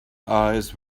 eyes